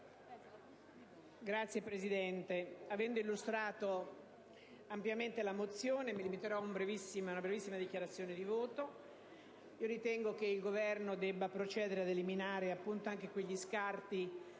Presidente, avendo illustrato ampiamente la mozione mi limiterò ad una brevissima dichiarazione di voto. Ritengo che il Governo debba procedere ad eliminare appunto anche quegli scarti